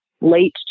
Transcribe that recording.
late